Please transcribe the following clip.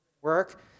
work